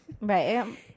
Right